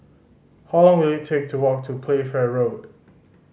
how long will it take to walk to Playfair Road